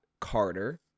Carter